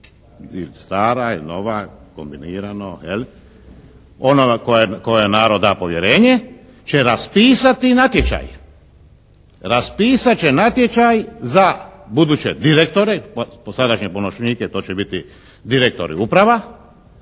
stara, il' nova, kombinirano onoga kojemu narod da povjerenje će raspisati natječaj. Raspisat će natječaj za buduće direktore, dosadašnje pomoćnike to će biti direktori uprava,